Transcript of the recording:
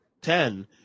ten